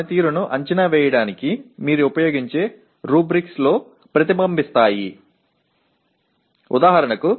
ஆனால் அவை மாணவர்களின் செயல்திறனை மதிப்பிடுவதற்கு நீங்கள் பயன்படுத்தும் சொற்களில் பிரதிபலிக்கும்